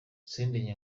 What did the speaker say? sendege